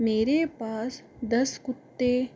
मेरे पास दस कुत्ते